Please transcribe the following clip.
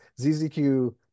ZZQ